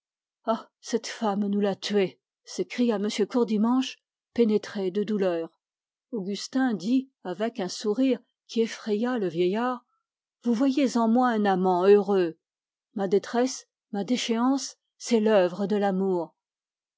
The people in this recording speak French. cette femme nous l'a tué s'écria m courdimanche pénétré de douleur augustin dit avec un sourire qui effraya le vieillard vous voyez en moi un amant heureux ma détresse ma déchéance c'est l'œuvre de l'amour